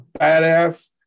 badass